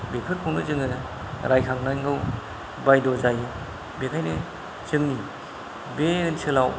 बेफोरखौनो जोङो रायखांनांगौ बायध' जायो बेखायनो जोंनि बे ओनसोलाव